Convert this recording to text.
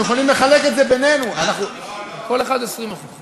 כשמייקל בלומברג בניו-יורק אפשר את הריטים היו ארבע קטגוריות